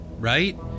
right